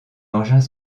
engins